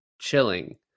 chilling